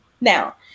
Now